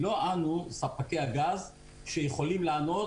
לא אנו ספקי הגז שיכולים לענות,